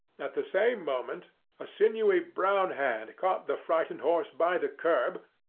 at the same moment a sinewy brown hand caught the frightened horse by the curb,